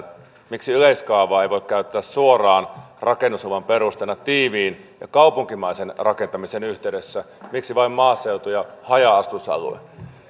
miksi yleiskaavaa ei voi käyttää suoraan rakennusluvan perusteena tiiviin ja kaupunkimaisen rakentamisen yhteydessä miksi vain maaseutu ja haja asutusalueet